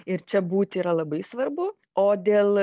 ir čia būti yra labai svarbu o dėl